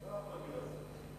לא יכול להיות.